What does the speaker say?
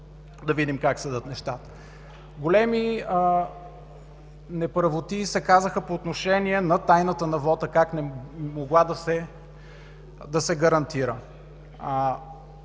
да видим как седят нещата. Големи неправоти се казаха по отношение на тайната на вота – как не могла да се гарантира.